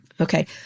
Okay